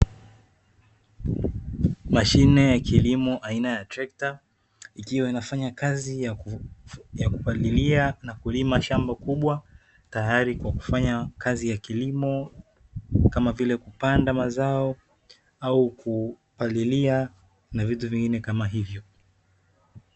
Mashine ya kilimo aina ya trekta, ikiwa inafanya kazi ya kupalilia na kulima shamba kubwa tayari kwa kufanya kazi ya kilimo, kama vile: kupanda mazao au kupalilia na vitu vingine kama ivyo.